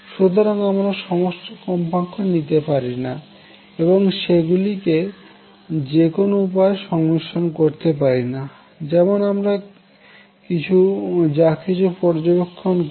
সুতরাং আমরা সমস্ত কম্পাঙ্ক নিতে পারি না এবং সেগুলিকে যে কোনও উপায়ে সংমিশ্রন করতে পারি না যেমন আমরা যাকিছু পর্যবেক্ষণ করি